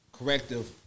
corrective